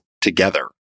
together